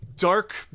dark